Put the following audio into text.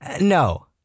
No